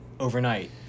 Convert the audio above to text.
Overnight